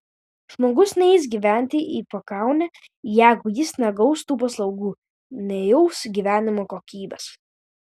žmogus neis gyventi į pakaunę jeigu jis negaus tų paslaugų nejaus gyvenimo kokybės